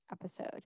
episode